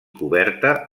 coberta